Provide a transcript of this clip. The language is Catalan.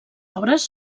obres